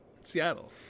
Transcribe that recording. Seattle